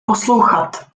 poslouchat